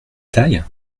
taille